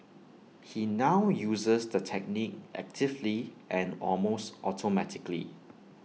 he now uses the technique actively and almost automatically